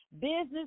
business